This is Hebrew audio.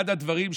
אחד הדברים,